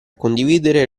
condividere